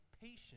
patient